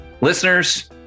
Listeners